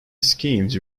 schemes